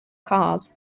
cars